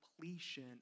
completion